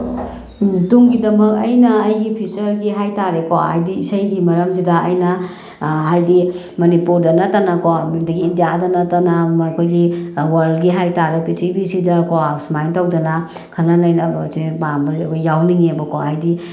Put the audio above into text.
ꯇꯨꯡꯒꯤꯗꯃꯛ ꯑꯩꯅ ꯑꯩꯒꯤ ꯐ꯭ꯌꯨꯆꯔꯒꯤ ꯍꯥꯏ ꯇꯥꯔꯦꯀꯣ ꯍꯥꯏꯗꯤ ꯏꯁꯩꯒꯤ ꯃꯔꯝꯁꯤꯗ ꯑꯩꯅ ꯍꯥꯏꯗꯤ ꯃꯅꯤꯄꯨꯔꯗ ꯅꯠꯇꯅꯀꯣ ꯑꯗꯒꯤ ꯏꯟꯗꯤꯌꯥꯗ ꯅꯠꯇꯅ ꯑꯩꯈꯣꯏꯒꯤ ꯋꯔꯜꯒꯤ ꯍꯥꯏ ꯇꯥꯔꯦ ꯄ꯭ꯔꯤꯊꯤꯕꯤꯁꯤꯗꯩꯗꯀꯣ ꯁꯨꯃꯥꯏꯅ ꯇꯧꯗꯅ ꯈꯟꯅ ꯅꯩꯅꯕꯁꯦ ꯄꯥꯝꯕ ꯑꯩꯈꯣꯏ ꯌꯥꯎꯅꯤꯡꯉꯤꯕꯀꯣ ꯍꯥꯏꯗꯤ